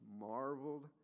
marveled